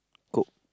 coke